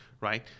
right